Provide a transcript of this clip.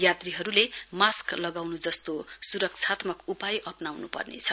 यात्रीहरूले मास्क लगाउनु जस्तो सुरक्षात्मक उपाय अप्नाउनु पर्नेछ